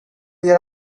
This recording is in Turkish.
yer